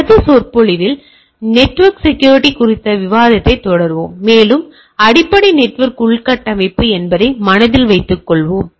அடுத்தடுத்த சொற்பொழிவில் network security குறித்த விவாதத்தைத் தொடர்வோம் மேலும் அடிப்படை நெட்வொர்க் உள்கட்டமைப்பு என்பதை மனதில் வைத்துக் கொள்வோம்